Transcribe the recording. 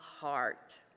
heart